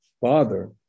father